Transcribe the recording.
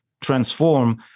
transform